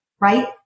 right